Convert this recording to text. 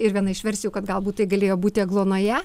ir viena iš versijų kad galbūt tai galėjo būti agluonoje